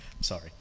sorry